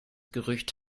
gerücht